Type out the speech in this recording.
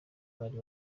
bari